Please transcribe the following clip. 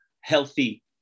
healthy